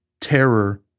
Terror